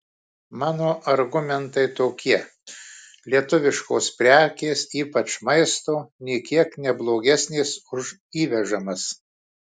mano argumentai tokie lietuviškos prekės ypač maisto nė kiek ne blogesnės už įvežamas